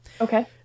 Okay